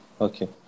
Okay